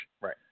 Right